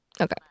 Okay